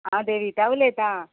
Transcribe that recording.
हांव देविता उलयतां